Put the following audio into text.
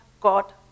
God